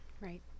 Right